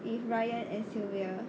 with ryan and sylvia